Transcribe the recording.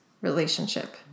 relationship